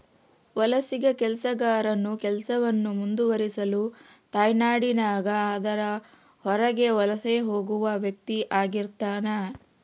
ವಲಸಿಗ ಕೆಲಸಗಾರನು ಕೆಲಸವನ್ನು ಮುಂದುವರಿಸಲು ತಾಯ್ನಾಡಿನಾಗ ಅದರ ಹೊರಗೆ ವಲಸೆ ಹೋಗುವ ವ್ಯಕ್ತಿಆಗಿರ್ತಾನ